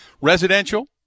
residential